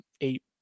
eight